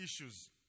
issues